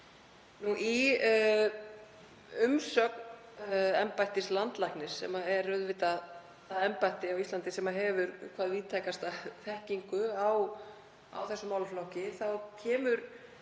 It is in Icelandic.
Í umsögn embættis landlæknis, sem er það embætti á Íslandi sem hefur hvað víðtækasta þekkingu á þessum málaflokki, kemur